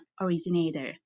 originator